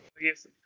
yes